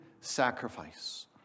sacrifice